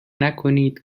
نکنید